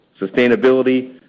sustainability